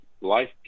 life